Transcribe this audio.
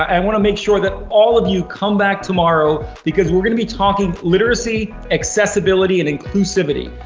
and wanna make sure that all of you come back tomorrow, because we're gonna be talking literacy, accessibility and inclusivity.